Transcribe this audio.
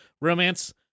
romance